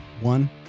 one